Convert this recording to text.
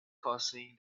causing